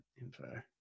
info